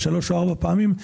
שלוש או ארבע פעמים,